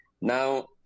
Now